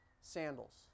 sandals